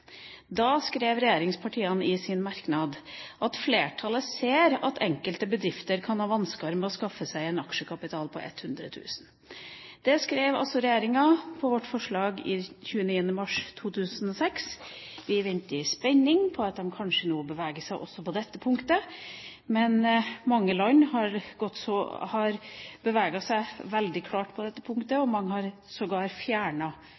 Da skrev regjeringspartiene i sin merknad: «Fleirtalet ser at enkelte bedrifter kan ha vanskar med å skaffe seg ein aksjekapital på kr 100 000.» Det skrev altså regjeringspartiene om vårt forslag av 29. mars 2006. Vi venter i spenning på at de kanskje nå beveger seg også på dette punktet. Men mange land har beveget seg veldig klart på dette punktet,